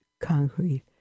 concrete